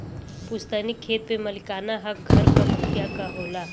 पुस्तैनी खेत पे मालिकाना हक घर क मुखिया क होला